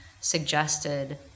suggested